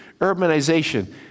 urbanization